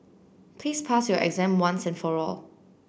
please pass your exam once and for all